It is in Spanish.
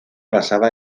basaba